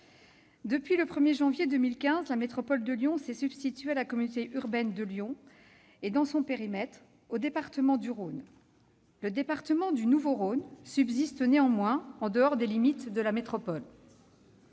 depuis le 1 janvier 2015, la métropole de Lyon remplace la communauté urbaine de Lyon et, dans son périmètre, le département du Rhône. Un département, le Nouveau-Rhône, subsiste néanmoins, en dehors des limites de la métropole.